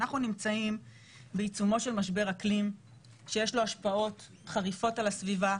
אנחנו נמצאים בעיצומו של משבר אקלים שיש לו השפעות חריפות על הסביבה,